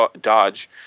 Dodge